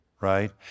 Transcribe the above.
right